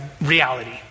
reality